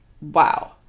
Wow